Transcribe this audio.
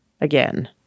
again